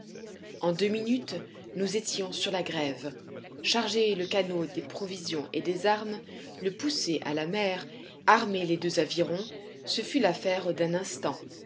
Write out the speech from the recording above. en deux minutes nous étions sur la grève charger le canot des provisions et des armes le pousser à la mer armer les deux avirons ce fut l'affaire d'un instant